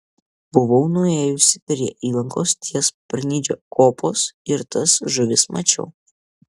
buvau nuėjusi prie įlankos ties parnidžio kopos ir tas žuvis mačiau